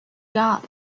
got